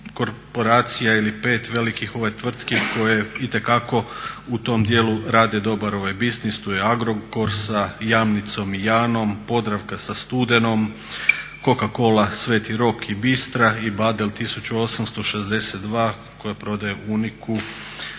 korporacija ili 5 velikih tvrtki koje itekako u tom dijelu rade dobar biznis. Tu je Agrokor sa Jamnicom i Janom, Podravka sa Studenom, Coca Cola, Sv. Rok i Bistra i Badel 1862 koja prodaje Uniqu.